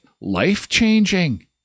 life-changing